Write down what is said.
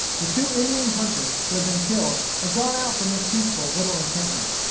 the two indian hunters who had been killed had gone out from this peaceful little encampment.